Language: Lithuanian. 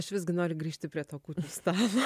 aš visgi noriu grįžti prie to kūčių stalo